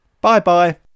Bye-bye